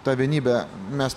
tą vienybę mes